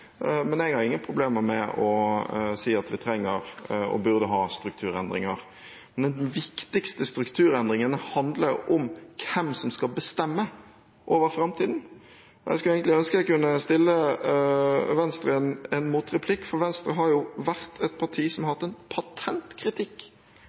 men jeg har ingen problemer med å si at vi trenger – og burde ha – strukturendringer. Men den viktigste strukturendringen handler om hvem som skal bestemme over framtiden. Jeg skulle egentlig ønske jeg kunne stille Venstre en mot-replikk, for Venstre har vært et parti som har